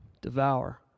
Devour